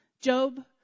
Job